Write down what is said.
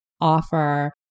offer